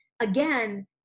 again